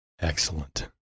Excellent